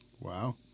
Wow